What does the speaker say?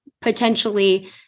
potentially